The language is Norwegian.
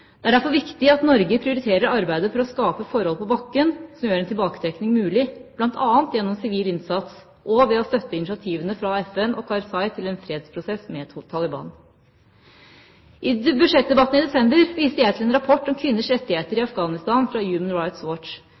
Det er derfor viktig at Norge prioriterer arbeidet med å skape forhold på bakken som gjør en tilbaketrekning mulig, bl.a. gjennom sivil innsats og ved å støtte initiativene fra FN og Karzai til en fredsprosess med Taliban. I budsjettdebatten i desember viste jeg til en rapport om kvinners rettigheter i Afghanistan fra Human Rights Watch, hvor det ble slått fast at